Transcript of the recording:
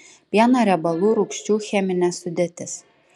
pieno riebalų rūgščių cheminė sudėtis